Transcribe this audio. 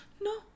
No